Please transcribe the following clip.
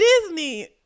Disney